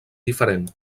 diferent